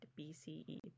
BCE